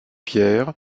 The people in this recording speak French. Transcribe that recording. pierre